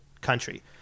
country